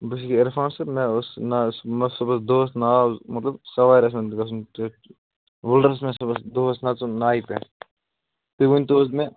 بہٕ چھُس اِرفان صٲب مےٚ اوس دۄہس نژُن نایہِ پٮ۪ٹھ تُہۍ ؤنتو حظ مےٚ